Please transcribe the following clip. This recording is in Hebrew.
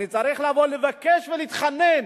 אני צריך לבוא לבקש ולהתחנן